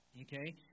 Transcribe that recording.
Okay